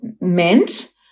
meant